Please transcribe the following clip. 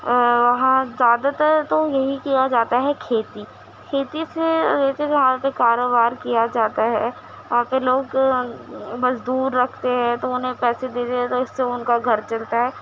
ہاں زیادہ تر تو یہی کیا جاتا ہے کھیتی کھیتی سے ریلیٹیڈ یہاں پہ کاروبار کیا جاتا ہے یہاں پہ لوگ مزدور رکھتے ہیں تو انہیں پیسے دیا جاتا ہے اس سے ان کا گھر چلتا ہے